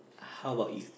how about you